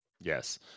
Yes